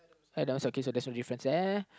oh that was your case so there's no difference there